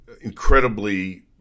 incredibly